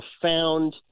profound